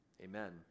amen